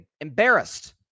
embarrassed